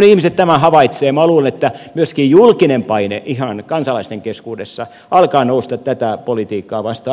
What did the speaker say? niin myöskin julkinen paine ihan kansalaisten keskuudessa alkaa nousta tätä politiikkaa vastaan